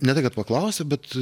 ne tai kad paklausė bet